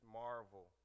marvel